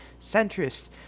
centrist